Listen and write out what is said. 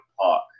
park